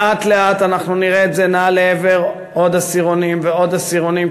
לאט-לאט אנחנו נראה את זה נע לעבר עוד עשירונים ועוד עשירונים,